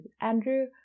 Andrew